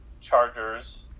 Chargers